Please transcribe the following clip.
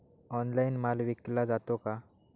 Online माल विकला जातो का?